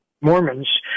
Mormons